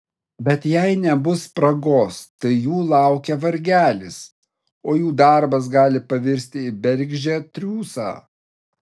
bet jei nebus spragos tai jų laukia vargelis o jų darbas gali pavirsti į bergždžią triūsą